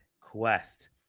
quest